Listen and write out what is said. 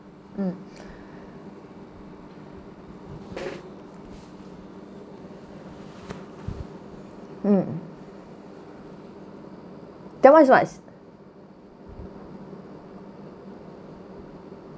mm mm that one is what